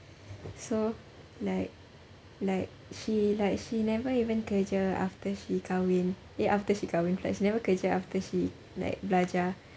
so like like she like she never even kerja after she kahwin eh after she kahwin pula she never kerja after she like belajar